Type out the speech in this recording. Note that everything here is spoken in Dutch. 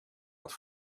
had